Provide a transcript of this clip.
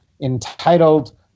entitled